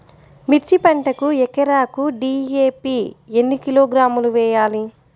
మిర్చి పంటకు ఎకరాకు డీ.ఏ.పీ ఎన్ని కిలోగ్రాములు వేయాలి?